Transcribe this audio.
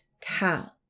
cow